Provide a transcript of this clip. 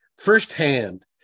firsthand